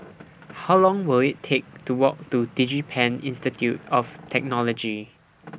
How Long Will IT Take to Walk to Digipen Institute of Technology